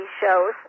shows